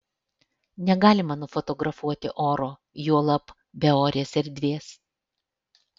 negalima nufotografuoti oro juolab beorės erdvės